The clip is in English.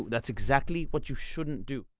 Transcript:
that's exactly what you shouldn't do